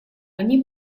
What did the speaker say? они